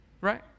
right